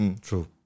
true